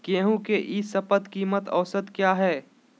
गेंहू के ई शपथ कीमत औसत क्या है?